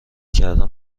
کردن